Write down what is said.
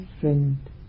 friend